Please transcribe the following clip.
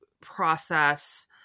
process